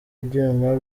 ibyuma